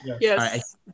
Yes